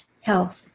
health